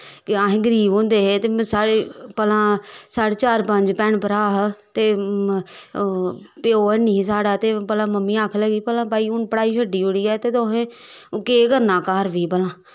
अस गरीब होंदे हे ते भला साढ़े चार पंज भ्राह् हे ते प्यो हैनी हा साढ़ा ते मम्मी आक्खन लगी भला हून पढ़ाई छड्डी ओड़ी ऐ ते तुसें केह् करना घर बी भला